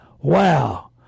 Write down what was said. Wow